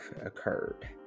occurred